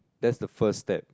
that's the first step